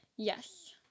yes